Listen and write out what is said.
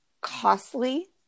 costly